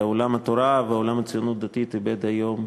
ועולם התורה ועולם הציונות הדתית איבדו היום